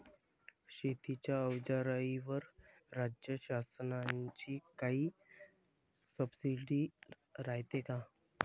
शेतीच्या अवजाराईवर राज्य शासनाची काई सबसीडी रायते का?